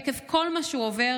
עקב כל מה שהוא עובר,